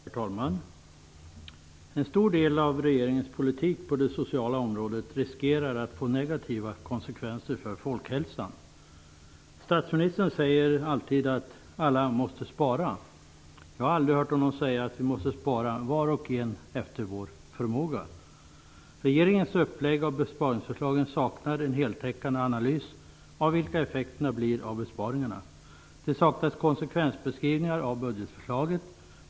Herr talman! Risken finns beträffande en stor del av regeringens politik på det sociala området att det blir negativa konsekvenser för folkhälsan. Statsministern säger alltid att alla måste spara. Jag har aldrig hört honom säga att var och en av oss måste spara efter förmåga. Regeringens upplägg av besparingsförslagen saknar en heltäckande analys av besparingarnas effekter. Det saknas också konsekvensbeskrivningar av budgetförslaget.